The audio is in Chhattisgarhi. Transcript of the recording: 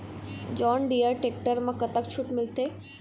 जॉन डिअर टेक्टर म कतक छूट मिलथे?